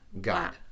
God